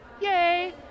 Yay